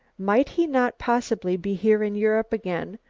might he not possibly be here in europe again,